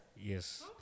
Yes